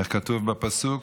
איך כתוב בפסוק?